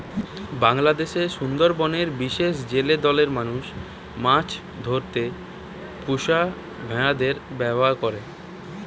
বাংলাদেশের সুন্দরবনের বিশেষ জেলে দলের মানুষ মাছ ধরতে পুষা ভোঁদড়ের ব্যাভার করে